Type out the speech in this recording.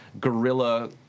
guerrilla